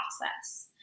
process